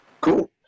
Cool